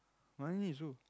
Wani is who